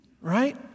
Right